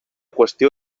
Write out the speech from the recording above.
qüestió